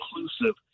inclusive